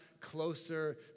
closer